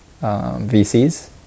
VCs